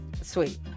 Sweet